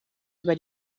über